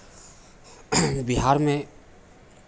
बिहार में